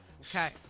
Okay